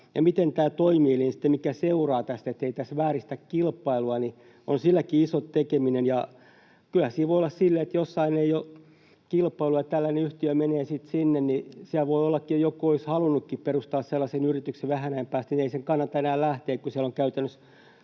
miten tämä toimii, mikä seuraa tästä, ettei tässä vääristetä kilpailua, on iso tekeminen. Kyllä siinä voi olla silleenkin, että jossain ei ole kilpailua ja tällainen yhtiö menee sinne, mutta sitten joku olisikin halunnut perustaa sellaisen yrityksen vähän ajan päästä, mutta ei sen kannata enää lähteä, kun siellä on käytännössä